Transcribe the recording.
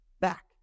back